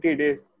days